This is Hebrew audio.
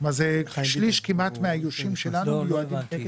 כלומר שליש כמעט מהאיושים שלנו מיועדים --- לא הבנתי.